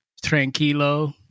tranquilo